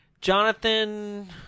Jonathan